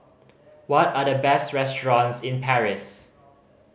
what are the best restaurants in Paris